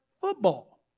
football